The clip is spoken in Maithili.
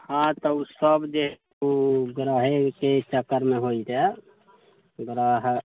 हाँ तऽ ओ सभ जे ओ ग्रहेके चक्करमे होइत अइ ग्रह